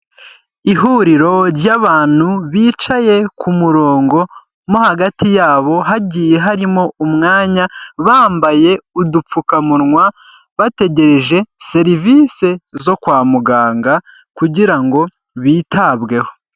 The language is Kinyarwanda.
Ihuriro ry'abantu bicaye ku murongo mo hagati yabo hagiye harimo umwanya bambaye udupfukamunwa, bategereje serivisi zo kwa muganga kugira ngo bitabweho.